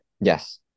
Yes